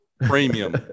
premium